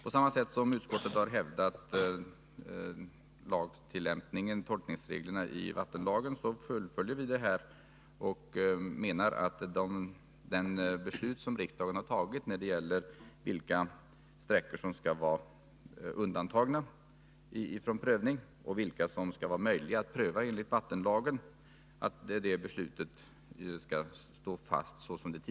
Utskottet fullföljer här vad vi har hävdat i fråga om tolkning av vattenlagen och menar att det beslut skall stå fast som riksdagen har fattat om vilka sträckor som skall vara undantagna från prövning och vilka som skall vara möjliga att pröva enligt vattenlagen. Prövningsmöjligheterna är då två.